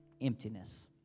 emptiness